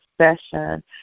session